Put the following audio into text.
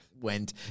went